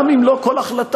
גם אם לא כל החלטה,